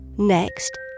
Next